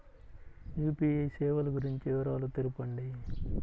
UPI సేవలు గురించి వివరాలు తెలుపండి?